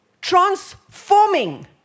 transforming